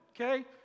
Okay